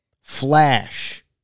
flash